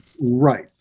Right